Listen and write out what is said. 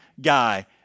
guy